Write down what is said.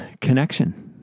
connection